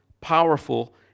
powerful